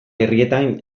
herrietan